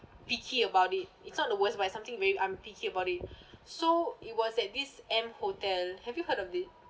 picky about it it's not the worst but it's something very I'm picky about it so it was at this M hotel have you heard of it